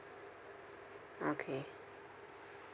okay